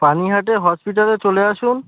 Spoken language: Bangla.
পানিহাটি হসপিটালে চলে আসুন